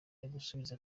yagusubiza